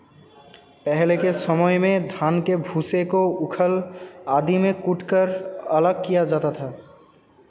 पहले के समय में धान के भूसे को ऊखल आदि में कूटकर अलग किया जाता था